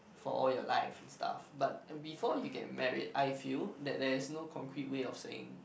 for all your life and stuff but before you get married I feel that there is no concrete way of saying